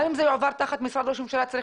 גם אם זה יועבר תחת משרד ראש הממשלה צריך